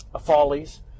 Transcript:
Follies